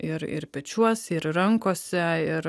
ir ir pečiuose ir rankose ir